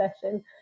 session